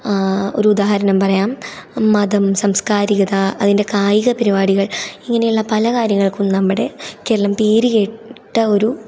ഒരുദാഹരണം പറയാം മതം സംസ്കാരികത അതിൻറ്റെ കായിക പരിപാടികൾ ഇങ്ങനെയുള്ള പല കാര്യങ്ങൾക്കും നമ്മുടെ കേരളം പേരു കേട്ട ഒരു